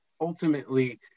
ultimately